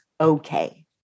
Okay